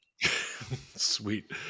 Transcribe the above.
Sweet